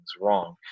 wrong